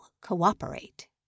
cooperate